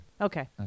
Okay